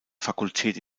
fakultät